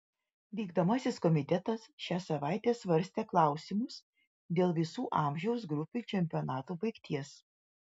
vykdomasis komitetas šią savaitę svarstė klausimus dėl visų amžiaus grupių čempionatų baigties